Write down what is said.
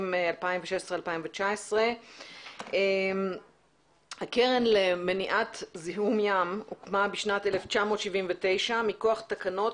2016-2019. הקרן למניעת זיהום ים הוקמה בשנת 1979 מכוח תקנות